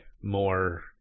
more